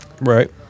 Right